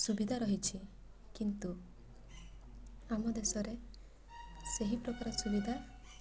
ସୁବିଧା ରହିଛି କିନ୍ତୁ ଆମ ଦେଶରେ ସେହି ପ୍ରକାର ସୁବିଧା